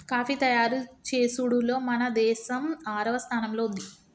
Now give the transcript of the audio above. coffee తయారు చేసుడులో మన దేసం ఆరవ స్థానంలో ఉంది